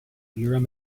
urim